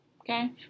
Okay